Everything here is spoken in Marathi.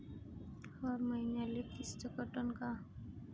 हर मईन्याले किस्त कटन का?